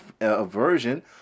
aversion